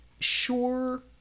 Sure